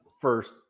first